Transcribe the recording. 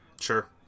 Sure